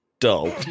dull